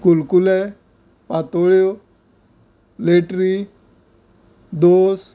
कुळकूस पातोळ्यो लेटरी दोस